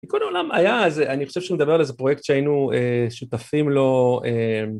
כל העולם היה ... אני חושב שהוא מדבר על איזה פרויקט שהיינו שותפים לו...